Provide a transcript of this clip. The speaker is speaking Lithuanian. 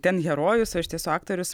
ten herojus o iš tiesų aktorius